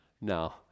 No